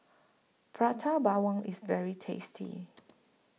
Prata Bawang IS very tasty